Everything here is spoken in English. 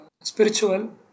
spiritual